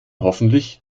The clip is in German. hoffentlich